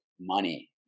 money